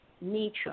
nature